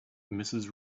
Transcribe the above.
mrs